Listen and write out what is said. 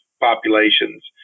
populations